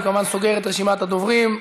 אני כמובן סוגר את רשימת הדוברים.